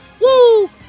woo